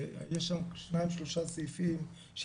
כי יש שם שניים-שלושה סעיפים שהפריעו